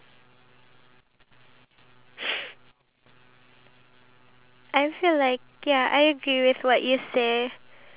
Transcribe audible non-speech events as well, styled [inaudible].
[noise] like my car is on the way here if you don't want to give me for five dollars I'm walking off so it's five dollars or nothing